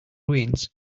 ruins